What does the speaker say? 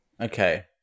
Okay